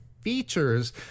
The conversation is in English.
features